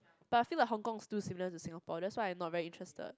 but I feel like Hong Kong is too similar to Singapore that's why I'm not very interested